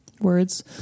words